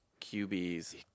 QBs